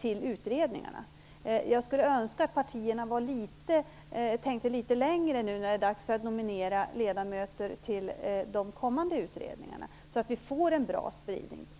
till utredningarna. Jag skulle önska att partierna tänkte litet längre nu när det är dags att nominera ledamöter till de kommande utredningarna så att vi får en bra spridning.